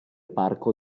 parco